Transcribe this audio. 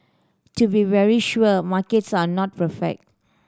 to be very sure markets are not perfect